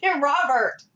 Robert